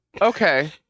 Okay